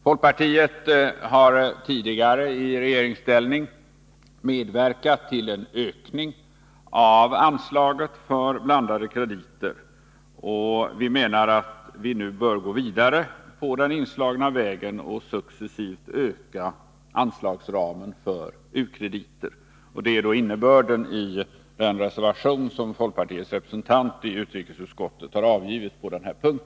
Folkpartiet har tidigare i regeringsställning medverkat till en ökning av anslaget för blandade krediter, och vi menar att vi nu bör gå vidare på den inslagna vägen och successivt öka anslagsramen för u-krediter. Detta är innebörden i den reservation som folkpartiets representant i utrikesutskottet har avgivit på denna punkt.